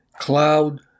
Cloud